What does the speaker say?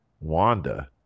Wanda